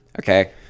Okay